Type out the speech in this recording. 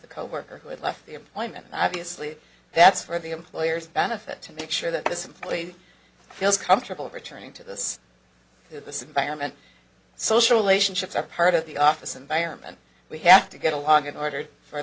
the coworker who had left the employment obviously that's for the employer's benefit to make sure that this employee feels comfortable returning to this this environment social lation ships are part of the office environment we have to get along in order for